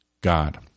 God